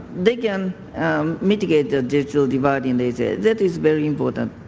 they can mitigate the digital divide in asia, that is very important.